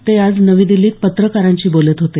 ते आज नवी दिल्लीत पत्रकारांशी बोलत होते